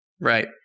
Right